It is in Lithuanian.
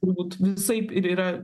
turbūt visaip ir yra